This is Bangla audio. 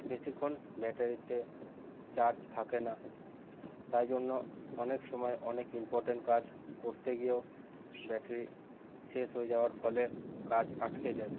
বেশিক্ষণ ব্যাটারিতে চার্জ থাকে না তাই জন্য অনেক সময় অনেক ইম্পর্টেন্ট কাজ করতে গিয়েও ব্যাটারি শেষ হয়ে যাওয়ার ফলে কাজ আটকে যায়